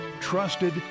Trusted